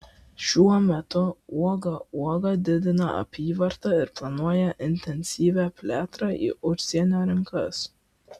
šiuo metu uoga uoga didina apyvartą ir planuoja intensyvią plėtrą į užsienio rinkas